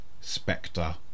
SPECTRE